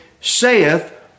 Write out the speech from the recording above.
saith